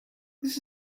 this